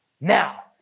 Now